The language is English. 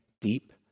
deep